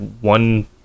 one